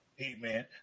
amen